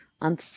on